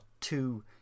two